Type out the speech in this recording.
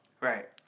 Right